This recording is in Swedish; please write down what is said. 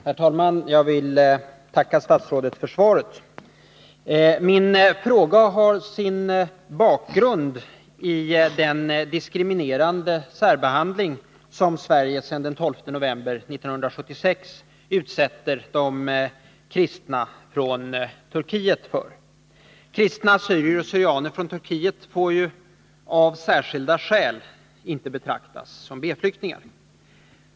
Herr talman! Jag vill tacka statsrådet för svaret. Min fråga har sin bakgrund i den diskriminerande särbehandling som Sverige sedan den 12 november 1976 utsätter de kristna från Turkiet för. Kristna assyrier/syrianer från Turkiet får ”av särskilda skäl” inte betraktas som B-flyktingar.